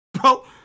bro